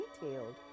detailed